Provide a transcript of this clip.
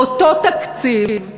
באותו תקציב,